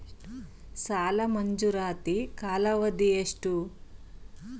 ಸಾಲ ಮಂಜೂರಾತಿ ಕಾಲಾವಧಿ ಎಷ್ಟು?